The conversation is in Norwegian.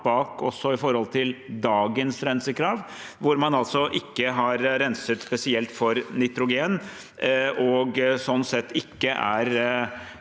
i forhold til dagens rensekrav. Man har ikke renset spesielt for nitrogen og er